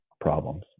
problems